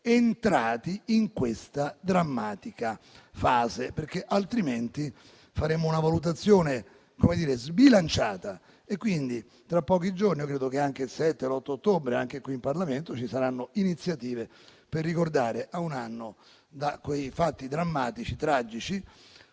entrati in questa drammatica fase perché, altrimenti, faremmo una valutazione sbilanciata. Tra pochi giorni, credo il 7 o 8 ottobre, anche qui in Parlamento, ci saranno iniziative per ricordare a un anno da quei drammatici e tragici